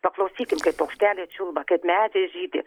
paklausykim kaip paukšteliai čiulba kaip medžiai žydi